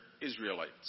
Israelites